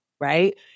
right